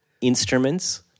instruments –